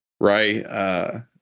right